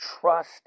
trust